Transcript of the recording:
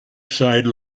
side